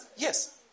Yes